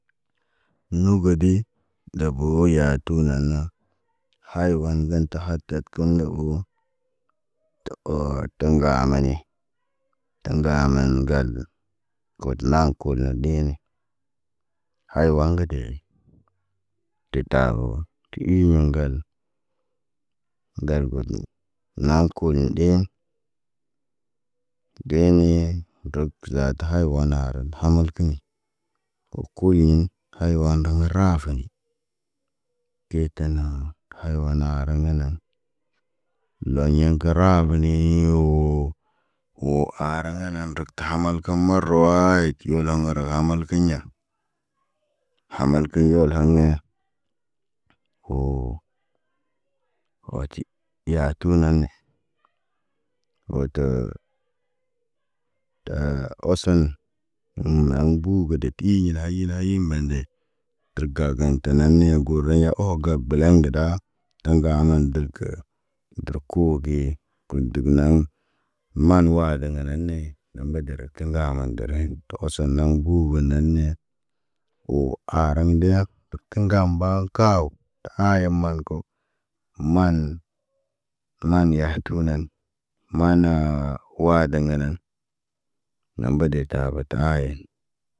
Nobodi dabo yatu nana. Haywan gən tə hadat kə nawo. Tə or tə ŋgamani. Ta ŋga man ŋgal. God naŋg kulna ɗene. Haywon ga deʄi. Tetabo ti iɲi ŋga. Ndal gotən, naa kuliɲ ɗe. Deene, rukza ta haywona haran hamalkini. Ko kum yun, haywana ɗaŋg rafani. Teeta naa, haywana araŋga nan. Loɲe ŋgəraa bani yoo. Wo hara ŋgana ɗuk ta hamalkiɲ marawaayit yola ŋgara ga hamalkiɲa. Hamalkiɲ yol hane. Wo wati yatu naan ne. Woto tə, tə osən. In an buu gadet iɲa ayina ayin bande. Tərə gagaɲ ta na niya goraɲa oho gag bəlaɲ gada. Taŋga ama ndəl kə. Ndərək koo ge, got ndəgə naŋg. Maan waa ndə ŋga na nee, dəmbo dərək kə ŋga mən dərə yin to, hosonaŋg bubu naane. Wo arandiyak, tə kə ŋgaam mba kaawo, ta aaya mal ko. Maan, maan yaatu nan, maann waadə dəŋgənən na bade tabo tə hayen.